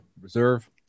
Reserve